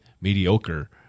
mediocre